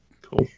Cool